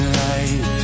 light